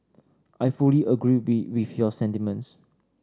I fully agree with your sentiments